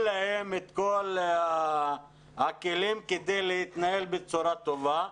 להם את כל הכלים כדי להתנהל בצורה טובה,